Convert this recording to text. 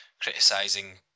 criticising